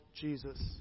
Jesus